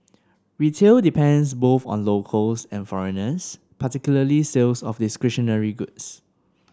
retail depends both on locals and foreigners particularly sales of discretionary goods